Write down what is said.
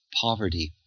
poverty